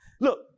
look